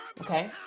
Okay